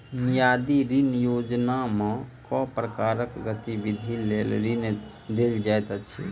मियादी ऋण योजनामे केँ प्रकारक गतिविधि लेल ऋण देल जाइत अछि